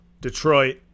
Detroit –